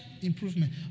improvement